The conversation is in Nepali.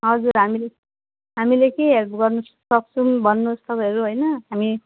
हजुर हामीले हामीले के हेल्प गर्नु सक्छौँ भन्नुहोस् तपाईँहरू होइन हामी